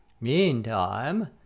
meantime